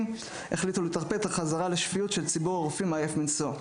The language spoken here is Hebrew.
החליטו לטרפד את החזרה לשפיות של ציבור רופאים עייף מנשוא.